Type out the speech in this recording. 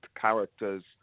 characters